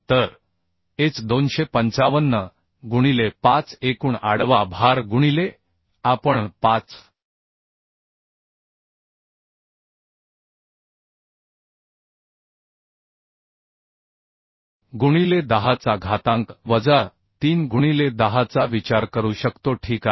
तर H 255 गुणिले 5 एकूण आडवा भार गुणिले आपण 5 गुणिले 10 चा घातांक वजा 3 गुणिले 10 चा विचार करू शकतो ठीक आहे